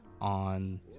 on